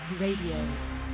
Radio